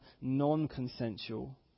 non-consensual